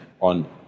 on